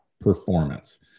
performance